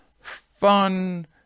fun